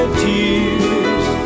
tears